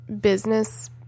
business